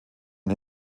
und